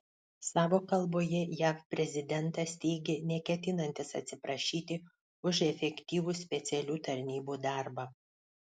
savo kalboje jav prezidentas teigė neketinantis atsiprašyti už efektyvų specialių tarnybų darbą